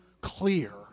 clear